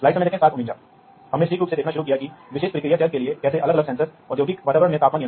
इसलिए फील्डबस ने इसे 4 20 एमएए एनालॉग प्रौद्योगिकी के लिए बदल दिया